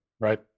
right